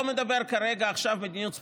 אני לא מדבר עכשיו על מדיניות ספציפית,